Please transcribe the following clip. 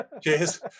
cheers